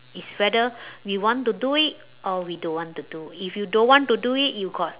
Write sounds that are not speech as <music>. it's whether <breath> we want to do it or we don't want to do if you don't want to do it you got